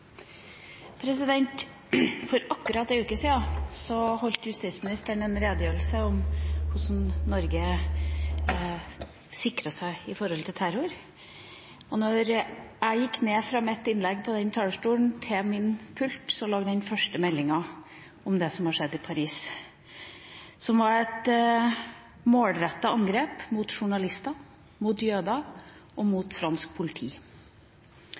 hovedspørsmål. For akkurat en uke siden holdt justisministeren en redegjørelse om hvordan Norge sikrer seg mot terror. Da jeg etter mitt innlegg gikk ned fra talerstolen til min pult, lå den første meldinga om det som hadde skjedd i Paris, der – det som var et målrettet angrep mot journalister, mot jøder og mot fransk politi.